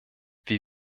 wir